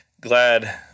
Glad